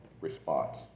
response